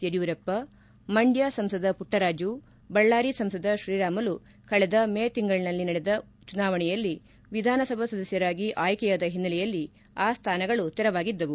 ಯಡಿಯೂರಪ್ಪ ಮಂಡ್ಕ ಸಂಸದ ಪುಟ್ಟರಾಜು ಬಳ್ಳಾರಿ ಸಂಸದ ಶ್ರೀರಾಮುಲು ಕಳೆದ ಮೇ ತಿಂಗಳು ನಡೆದ ಚುನಾವಣೆಯಲ್ಲಿ ವಿಧಾನ ಸಭಾ ಸದಸ್ವರಾಗಿ ಆಯ್ಕೆಯಾದ ಹಿನ್ನಲೆಯಲ್ಲಿ ಆ ಸ್ವಾನಗಳು ತೆರುವಾಗಿದ್ದವು